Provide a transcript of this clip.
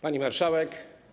Pani Marszałek!